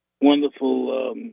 wonderful